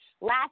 Last